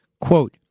Quote